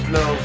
no